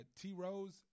T-Rose